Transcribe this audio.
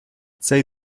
цей